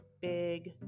big